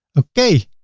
okay.